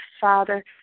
Father